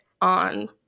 on